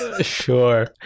Sure